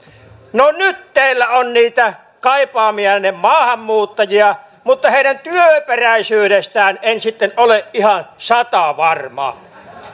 no nyt teillä on niitä kaipaamianne maahanmuuttajia mutta heidän työperäisyydestään en sitten ole ihan satavarma